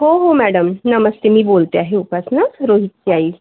हो हो मॅडम नमस्ते मी बोलते आहे उपासना रोहितची आई